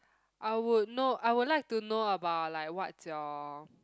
I would know I would like to know about like what's your